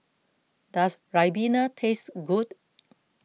does Ribena taste good